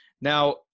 Now